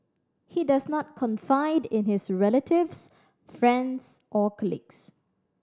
he does not confide in his relatives friends or colleagues